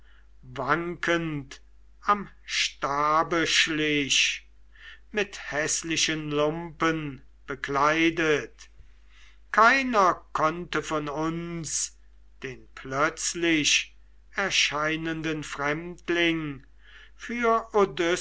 wankend am stabe schlich mit häßlichen lumpen bekleidet keiner konnte von uns den plötzlich erscheinenden fremdling für